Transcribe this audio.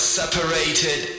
separated